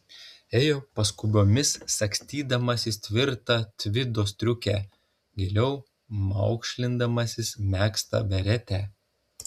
ėjo paskubomis sagstydamasis tvirtą tvido striukę giliau maukšlindamasis megztą beretę